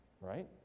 Right